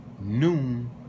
noon